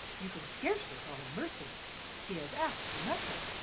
you can scarcely call her mercenary. she has asked for nothing.